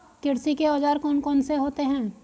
कृषि के औजार कौन कौन से होते हैं?